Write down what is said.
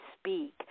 speak